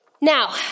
now